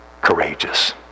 courageous